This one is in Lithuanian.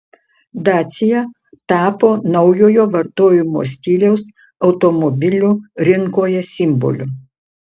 dacia tapo naujojo vartojimo stiliaus automobilių rinkoje simboliu